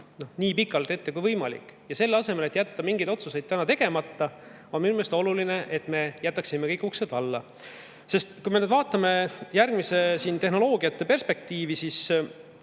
nii pikalt ette kui võimalik. Ja selle asemel, et jätta mingeid otsuseid täna tegemata, on minu meelest oluline, et me jätaksime kõik uksed valla. Sest vaatame järgmise tehnoloogia perspektiivi. Just